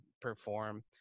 perform